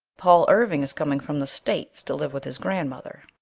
paul irving is coming from the states to live with his grandmother.